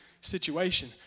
situation